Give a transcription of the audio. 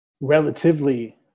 relatively